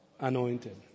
Anointed